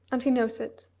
and he knows it.